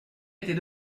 était